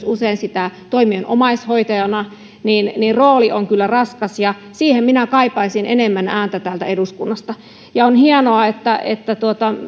usein myös omaishoitajana rooli on kyllä raskas ja siihen minä kaipaisin enemmän ääntä täältä eduskunnasta ja on hienoa että että